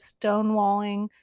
stonewalling